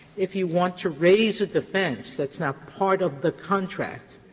if you want to raise a defense that's not part of the contract,